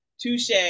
touche